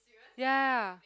ya